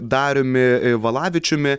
dariumi valavičiumi